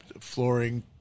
flooring